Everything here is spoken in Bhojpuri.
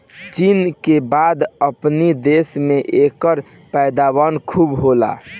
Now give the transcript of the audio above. चीन के बाद अपनी देश में एकर पैदावार खूब होला